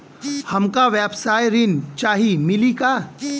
हमका व्यवसाय ऋण चाही मिली का?